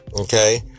Okay